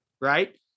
Right